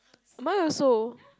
mine also